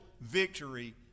victory